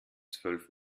zwölf